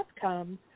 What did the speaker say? comes